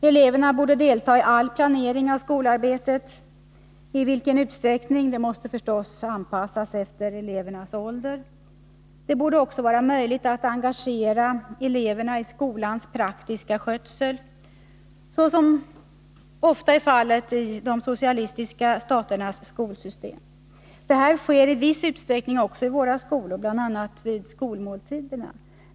Eleverna borde delta i all planering av skolarbetet — i vilken utsträckning måste givetvis anpassas efter elevernas ålder. Det borde också vara möjligt att engagera eleverna i skolans praktiska skötsel, såsom ofta är fallet i de socialistiska staternas skolsystem. Detta sker i viss utsträckning i våra skolor, bl.a. vid skolmåltiderna.